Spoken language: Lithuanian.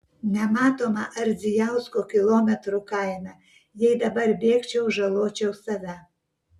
nematoma ardzijausko kilometrų kaina jei dabar bėgčiau žaločiau save